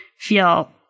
feel